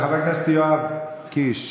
חבר הכנסת יואב קיש,